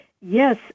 Yes